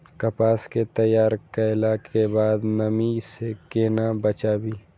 कपास के तैयार कैला कै बाद नमी से केना बचाबी?